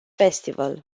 festival